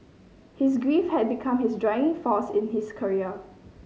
his grief had become his driving force in his career